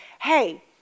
hey